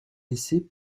laissaient